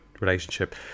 Relationship